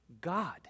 God